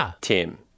Tim